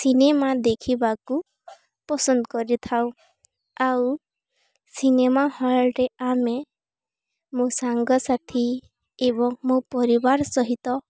cinema ଦେଖିବାକୁ ପସନ୍ଦ କରିଥାଉ ଆଉ ସିନେମା ହଲ୍ରେ ଆମେ ମୋ ସାଙ୍ଗସାଥି ଏବଂ ମୋ ପରିବାର ସହିତ